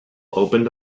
opened